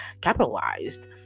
capitalized